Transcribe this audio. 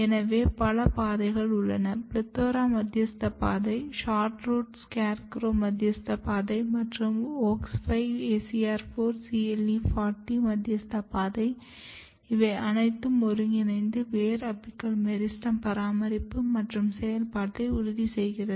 எனவே பல பாதைகள் உள்ளன PLETHORA மத்தியஸ்த பாதை SHORTROOT SCARECROW மத்தியஸ்த பாதை மற்றும் WOX 5 ACR 4 CLE 40 மத்தியஸ்த பாதை இவை அனைத்தும் ஒருங்கிணைந்து வேர் அபிக்கல் மெரிஸ்டெம் பராமரிப்பு மற்றும் செயல்பாட்டை உறுதிசெய்கிறது